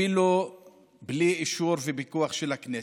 אפילו בלי אישור ופיקוח של הכנסת.